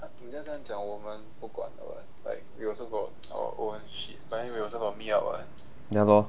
ya lor